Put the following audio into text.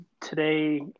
Today